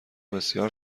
بسیار